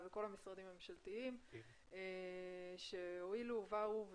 ולכל המשרדים הממשלתיים שהואילו ובאו.